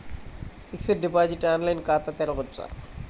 Fixed deposit online ఖాతా తెరువవచ్చా?